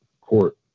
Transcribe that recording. court